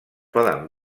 poden